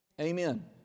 Amen